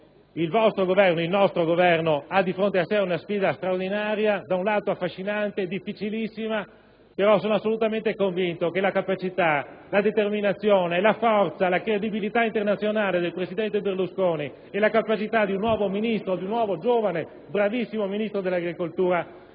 il vostro, il nostro Governo ha di fronte a sé una sfida straordinaria, da un lato affascinante e difficilissima. Però sono assolutamente convinto che la capacità, la determinazione e la forza, la credibilità internazionale del presidente Berlusconi e la capacità di un nuovo giovane bravissimo Ministro dell'agricoltura,